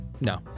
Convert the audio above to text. no